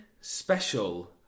special